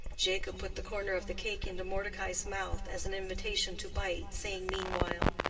jacob put the corner of the cake into mordecai's mouth as an invitation to bite, saying meanwhile,